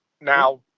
now